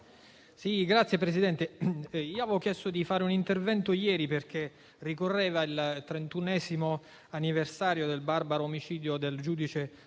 Signor Presidente, avevo chiesto di intervenire ieri perché ricorreva il trentunesimo anniversario del barbaro omicidio del giudice